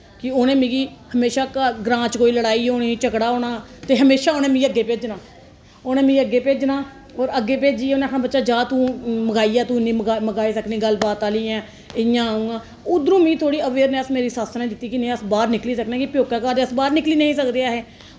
कि उ'नें मिगी हमेशां घर ग्रांऽ च कोई लड़ाई होनी झगड़ा होना ते हमेशा उ'नें मिगी अग्गें भेजना उ'नें मिगी अग्गें भेजना होर अग्गें भेजियै उ'नें आक्खना जा बच्चा जा तू मकाई आ तू मकाई सकनीं गल्ल बात आह्ली ऐं इ'यां उआं उद्धरुं मिगी थोह्ड़ी अवेयरनैस मेरी सस्स ने दित्ती कि में अस बाहर निकली सकने कि प्यौके घर ते अस बाहर निं हे निकली सकदे ऐ हे